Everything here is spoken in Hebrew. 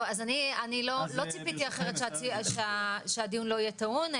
טוב, אני לא ציפיתי אחרת, שהדיון לא יהיה טעון.